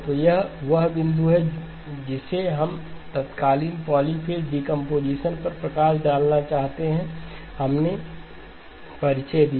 तो यह वह बिंदु है जिसे हम तत्कालीन पॉलीफ़ेज़ डीकंपोजिशन पर प्रकाश डालना चाहते हैं हमने परिचय दिया